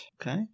Okay